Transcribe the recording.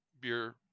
beer